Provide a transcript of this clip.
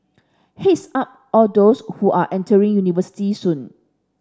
head's up all those who are entering university soon